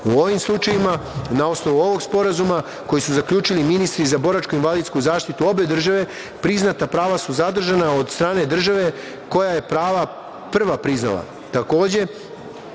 ovim slučajevima, na osnovu ovog sporazuma koju su zaključili ministri za boračko-invalidsku zaštitu obe države, priznata prava su zadržana od strane države koja je prava prva priznala. Takođe,